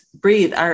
breathe